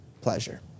pleasure